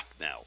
now